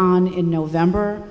in november